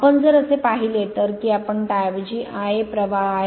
आपण जर असे पाहिले तर की आपण त्याऐवजी Ia प्रवाह आहे